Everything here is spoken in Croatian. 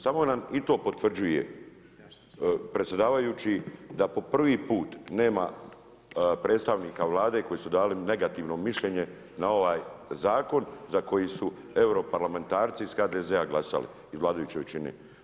Samo nam i to potvrđuje predsjedavajući, da po prvi put nema predstavnika Vlade koji su dali negativno mišljenje na ovaj zakon za koji su Europarlamentarci iz HDZ-a glasali i vladajućoj većini.